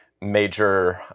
major